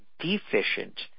deficient